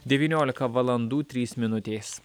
devyniolika valandų trys minutės